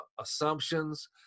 assumptions